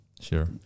Sure